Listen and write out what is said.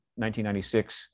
1996